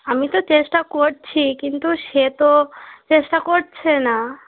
আমি তো চেষ্টা করছি কিন্তু সে তো চেষ্টা করছে না